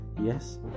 Yes